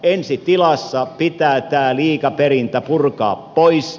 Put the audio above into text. ensi tilassa pitää tämä liikaperintä purkaa pois